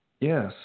yes